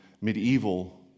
medieval